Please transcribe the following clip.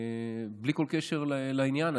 בלי כל קשר לעניין,